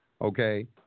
okay